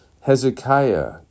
Hezekiah